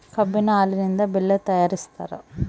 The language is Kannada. ಕಬ್ಬಿನ ಹಾಲಿನಿಂದ ಬೆಲ್ಲ ತಯಾರಿಸ್ತಾರ